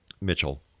Mitchell